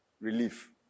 relief